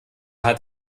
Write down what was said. hat